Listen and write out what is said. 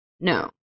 No